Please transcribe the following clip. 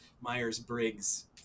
Myers-Briggs